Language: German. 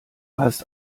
hast